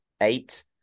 eight